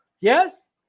Yes